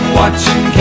watching